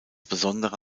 besondere